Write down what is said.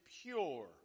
pure